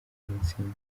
intsinzi